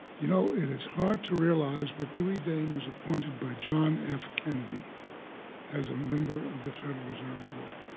you know it is hard to realize but dewey daane was appointed by john f. kennedy as a member of the federal reserve board,